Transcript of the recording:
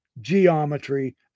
geometry